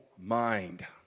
mind